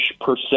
percent